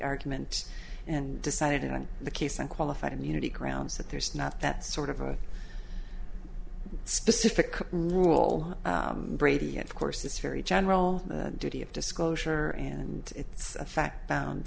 argument and decided on the case and qualified immunity grounds that there's not that sort of a specific rule brady of course it's very general duty of disclosure and it's a fact bound